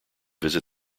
visit